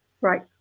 Right